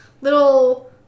little